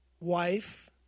wife